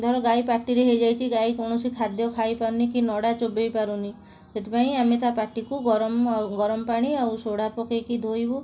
ଧର ଗାଈ ପାଟିରେ ହେଇଯାଇଛି ଗାଈ କୌଣସି ଖାଦ୍ୟ ଖାଇପାରୁନି କି ନଡ଼ା ଚୋବାଇ ପାରୁନି ସେଥିପାଇଁ ଆମେ ତା ପାଟିକୁ ଗରମ ଆଉ ଗରମପାଣି ଆଉ ସୋଢ଼ା ପକାଇକି ଧୋଇବୁ